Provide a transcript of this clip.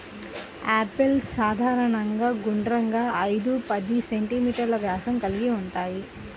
apples సాధారణంగా గుండ్రంగా, ఐదు పది సెం.మీ వ్యాసం కలిగి ఉంటాయి